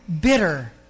bitter